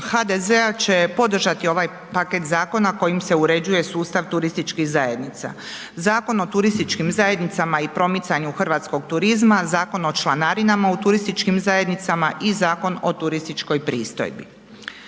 HDZ-a će podržati ovaj paket zakona kojim se uređuje sustav turističkih zajednica, Zakon o turističkim zajednicama i promicanju hrvatskog turizma, Zakon o članarina u turističkim zajednicama i Zakon o turističkoj pristojbi.